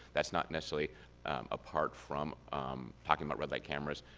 that's not necessarily apart from talking about red light cameras.